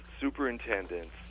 superintendents